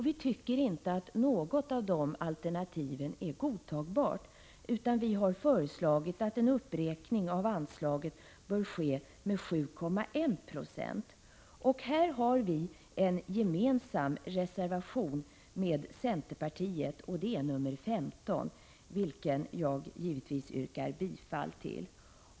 Vi tycker inte att något av de alternativen är godtagbart, utan vi har föreslagit att en uppräkning av anslaget bör ske med 7,1 20. Här har vi en gemensam reservation med centerpartiet, nr 15, vilken jag givetvis yrkar bifall till.